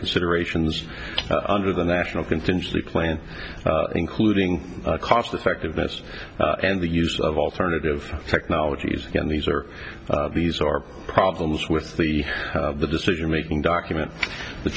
considerations under the national contingency plan including cost effectiveness and the use of alternative technologies again these are these are problems with the the decision making document the